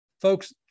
folks